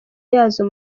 yazo